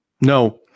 No